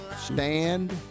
Stand